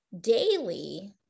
daily